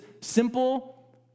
simple